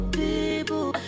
people